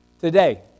Today